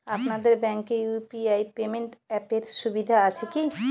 আপনাদের ব্যাঙ্কে UPI payment অ্যাপের সুবিধা আছে কি?